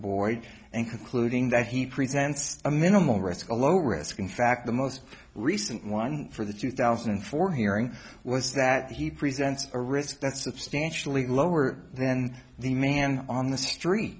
concluding that he presents a minimal risk a low risk in fact the most recent one for the two thousand and four hearing was that he presents a risk that substantially lower then the man on the street